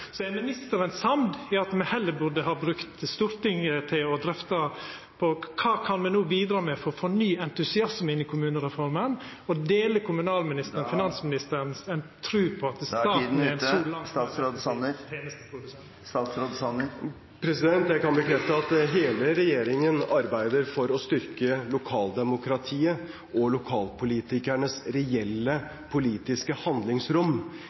Så er ministeren samd i at me heller burde ha brukt Stortinget til å drøfta kva me no kan bidra med for å få ny entusiasme inn i kommunereforma? Deler kommunalministeren finansministeren si tru på at staten … Tiden er ute. Jeg kan bekrefte at hele regjeringen arbeider for å styrke lokaldemokratiet og lokalpolitikernes reelle politiske handlingsrom.